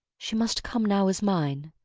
she must come now as mine.